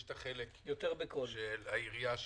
יש את החלק של העירייה שתתקשה,